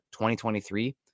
2023